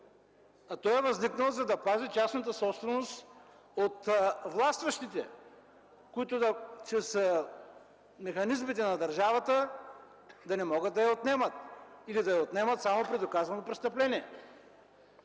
а е възникнал, за да пази частната собственост от властващите, които чрез механизмите на държавата да не могат да я отнемат, или да я отнемат само при доказано престъпление.